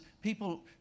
people